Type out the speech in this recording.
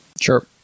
Sure